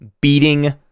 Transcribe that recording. beating